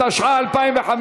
התשע"ה 2015,